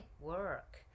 work